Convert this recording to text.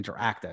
interactive